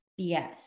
BS